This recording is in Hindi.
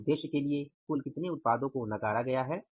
इस उद्देश्य के लिए कुल कितने उत्पादों को नकारा गया है